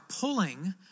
pulling